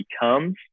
becomes